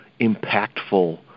impactful